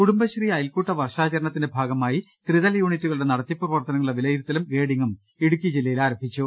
കുടുംബശ്രീ അയൽക്കൂട്ട വർഷാചരണത്തിന്റെ ഭാഗമായി ത്രിതല യൂണിറ്റുകളുടെ നടത്തിപ്പ് പ്രവർത്തനങ്ങളുടെ വിലയിരുത്തലും ഗ്രേഡിങ്ങും ഇടുക്കി ജില്ലയിൽ ആരംഭിച്ചു